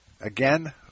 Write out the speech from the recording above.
again